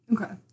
Okay